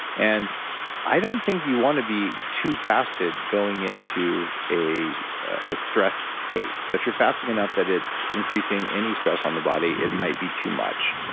and i don't think you want to be too fasted, going into a ah stressed state. so if you're fasting enough that it's increasing any stress on the body, it might be too much.